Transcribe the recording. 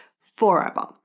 forever